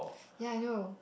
ya I know